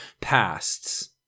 pasts